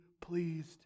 pleased